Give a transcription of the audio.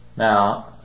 Now